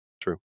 True